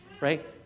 right